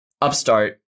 upstart